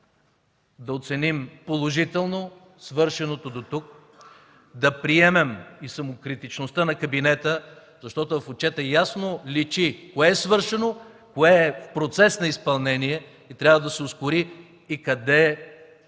да оценим положително свършеното дотук, да приемем и самокритичността на кабинета, защото в отчета ясно личи кое е свършено, кое е в процес на изпълнение и трябва да се ускори, и къде има